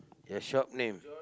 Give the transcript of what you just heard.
your shop name